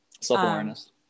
Self-awareness